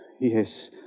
Yes